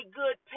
good